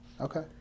Okay